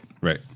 right